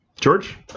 George